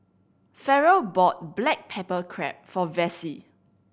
Farrell bought black pepper crab for Vessie